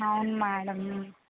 అవును మేడం